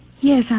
Yes